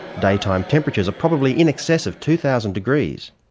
daytime temperatures are probably in excess of two thousand degrees.